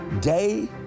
day